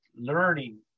learning